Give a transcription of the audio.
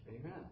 Amen